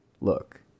Look